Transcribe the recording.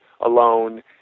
alone